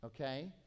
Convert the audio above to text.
Okay